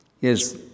Yes